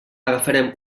agafarem